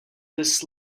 this